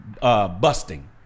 busting